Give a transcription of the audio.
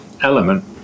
element